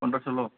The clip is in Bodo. फन्द्र सरल'